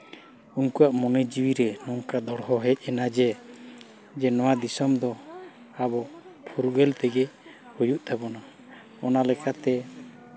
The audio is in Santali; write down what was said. ᱩᱱᱠᱩᱣᱟᱜ ᱢᱚᱱᱮ ᱡᱤᱣᱤ ᱨᱮ ᱱᱚᱝᱠᱟ ᱫᱚᱲᱚ ᱦᱮᱡ ᱮᱱᱟ ᱡᱮ ᱱᱚᱣᱟ ᱫᱤᱥᱚᱢ ᱫᱚ ᱟᱵᱚ ᱯᱷᱩᱨᱜᱟᱹᱞ ᱛᱮᱜᱮ ᱦᱩᱭᱩᱜ ᱛᱟᱵᱚᱱᱟ ᱚᱱᱟ ᱞᱮᱠᱟᱛᱮ